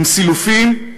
עם סילופים,